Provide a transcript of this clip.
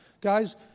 Guys